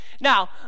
now